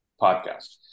podcast